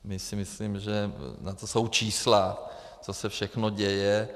Myslím, že na to jsou čísla, co se všechno děje.